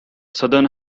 southern